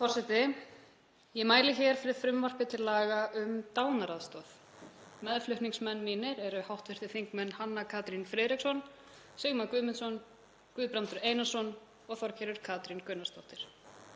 Forseti. Ég mæli hér fyrir frumvarpi til laga um dánaraðstoð. Meðflutningsmenn mínir eru hv. þingmenn Hanna Katrín Friðriksson, Sigmar Guðmundsson, Guðbrandur Einarsson og Þorgerður Katrín Gunnarsdóttir.